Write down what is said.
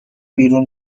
بیرون